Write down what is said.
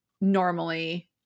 normally